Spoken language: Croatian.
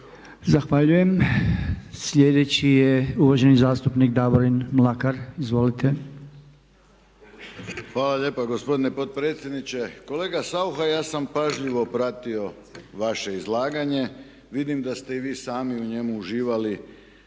Zahvaljujem. Sljedeći je uvaženi zastupnik Davorin Mlakar. **Mlakar, Davorin (HDZ)** Hvala lijepa gospodine potpredsjedniče. Kolega Saucha, ja sam pažljivo pratio vaše izlaganje. Vidim da ste i vi sami u njemu uživali.